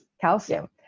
Calcium